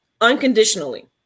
unconditionally